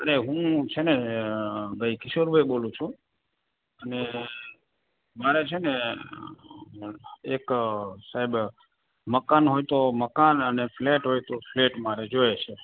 અને હું છે ને ભઈ કિશોરભાઇ બોલું છું અને મારે છે ને એક સાહેબ મકાન હોય તો મકાન અને ફ્લૅટ હોય તો ફ્લૅટ મારે જોઈએ છે